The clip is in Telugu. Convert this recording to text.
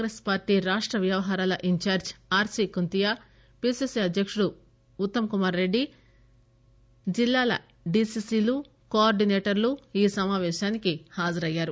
కాంగ్రెస్ పార్టీ రాష్ట వ్యవహారాల incharge R C Khuntia PCC అధ్యకుడు ఉత్తమ్ కుమార్ రెడ్డి జిల్లాల డీసీసీలు కో ఆర్గినేటర్లు ఈ సమాపేశానికి హాజరయ్యారు